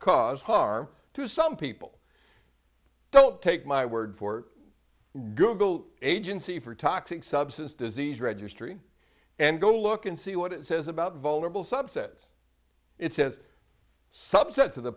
cause harm to some people don't take my word for google agency for toxic substance disease registry and go look and see what it says about vulnerable subsets it says subsets of the